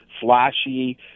flashy